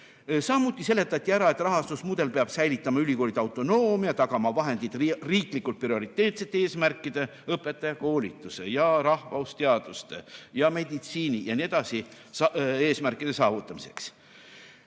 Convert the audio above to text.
Samuti seletati ära, et rahastusmudel peab säilitama ülikoolide autonoomia, tagama vahendid riiklikult prioriteetsete eesmärkide, õpetajakoolituse, rahvusteaduste ja meditsiini arendamise ja muudegi eesmärkide saavutamiseks.